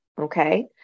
okay